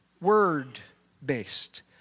word-based